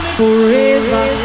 Forever